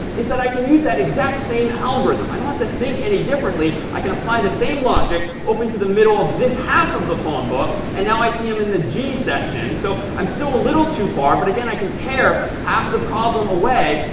is that i can use that exact same algorithm. i don't have to think any differently. i can apply the same logic, open to the middle of this half of the phone, book and now i see i'm in the g section. so i'm still a little too far. but again, i can tear half the problem away,